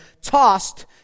tossed